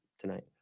tonight